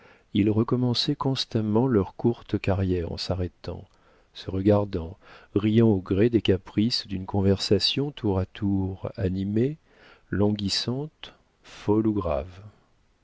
ils recommençaient constamment leur courte carrière en s'arrêtant se regardant riant au gré des caprices d'une conversation tour à tour animée languissante folle ou grave